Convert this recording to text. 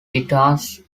guitars